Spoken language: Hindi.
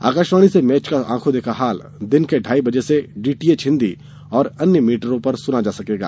आकाशवाणी से मैच का आंखों देखा हाल दिन के ढाई बजे से डीटीएच हिंदी और अन्य मीटरों पर सुना जा सकेगा